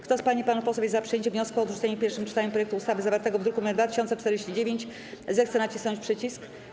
Kto z pań i panów posłów jest za przyjęciem wniosku o odrzucenie w pierwszym czytaniu projektu ustawy zawartego w druku nr 2049, zechce nacisnąć przycisk.